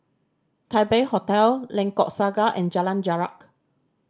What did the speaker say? Taipei Hotel Lengkok Saga and Jalan Jarak